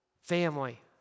family